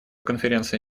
конференция